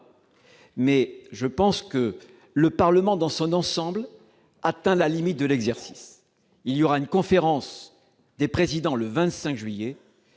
mais je pense que le Parlement, dans son ensemble, a atteint la limite de l'exercice. Une conférence des présidents se tiendra